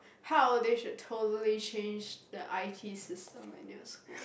how they should totally change the I_T system in your school